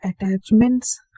attachments